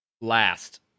Last